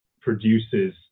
produces